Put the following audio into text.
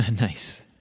Nice